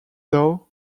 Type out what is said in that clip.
though